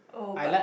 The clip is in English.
oh but